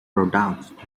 produced